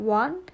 one